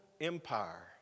Empire